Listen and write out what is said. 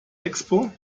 expo